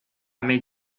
made